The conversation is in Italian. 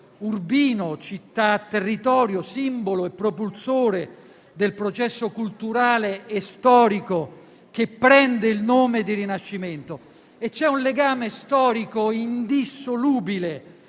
Urbino "città-territorio" simbolo e propulsore del processo culturale e storico che prende il nome di Rinascimento. C'è un legame storico indissolubile